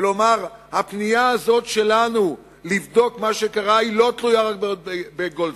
ולומר: הפנייה הזאת שלנו לבדוק מה שקרה לא תלויה רק בגולדסטון.